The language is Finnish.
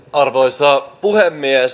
arvoisa puhemies